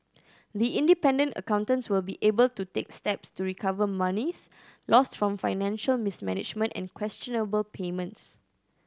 the independent accountants will be able to take steps to recover monies lost from financial mismanagement and questionable payments